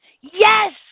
Yes